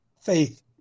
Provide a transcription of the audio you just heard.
faith